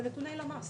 אלה נתוני למ"ס.